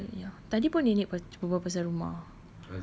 no uh ya tadi pun nenek berbual pasal rumah